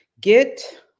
Get